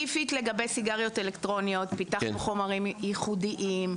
ספציפית לגבי סיגריות אלקטרוניות פיתחנו חומרים ייחודיים,